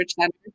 Center